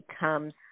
becomes